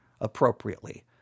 appropriately